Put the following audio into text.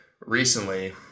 recently